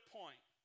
point